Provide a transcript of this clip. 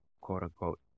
quote-unquote